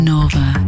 Nova